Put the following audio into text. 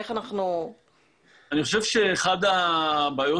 אני חושב שאחת הבעיות,